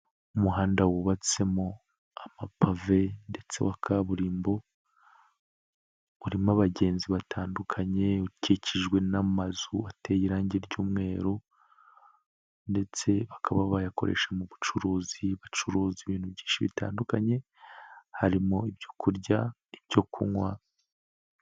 Umuhanda wubatsemo amapave ndetse wa kaburimbo, urimo abagenzi batandukanye ukikijwe n'amazu ateye irange ry'umweru ndetse bakaba bayakoresha mu bucuruzi, bacuruza ibintu byinshi bitandukanye harimo ibyo kurya, ibyo kunywa.